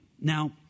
Now